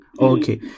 Okay